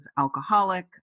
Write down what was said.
alcoholic